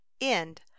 End